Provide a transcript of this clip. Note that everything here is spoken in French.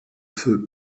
feu